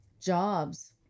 jobs